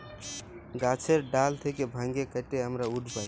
গাহাচের ডাল থ্যাইকে ভাইঙে কাটে আমরা উড পায়